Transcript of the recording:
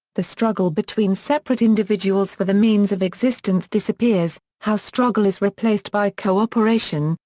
the struggle between separate individuals for the means of existence disappears, how struggle is replaced by co-operation,